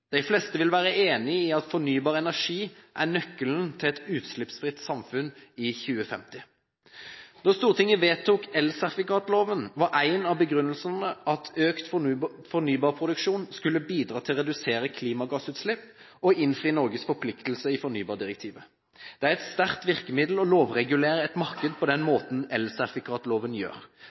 De fleste vil være enig i at fornybar energi er nøkkelen til et utslippsfritt samfunn i 2050. Da Stortinget vedtok elsertifikatloven, var en av begrunnelsene at økt fornybarproduksjon skulle bidra til å redusere klimagassutslipp og innfri Norges forpliktelser i fornybardirektivet. Det er et sterkt virkemiddel å lovregulere et marked på den måten elsertifikatloven gjør,